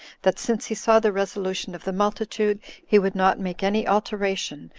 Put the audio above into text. that since he saw the resolution of the multitude, he would not make any alteration,